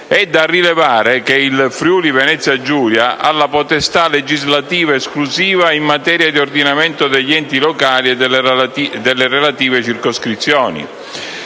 È da rilevare che il Friuli-Venezia Giulia ha la potestà legislativa esclusiva in materia di ordinamento degli enti locali e delle relative circoscrizioni.